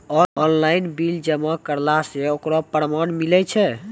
Online bill जमा करला से ओकरौ परमान मिलै छै?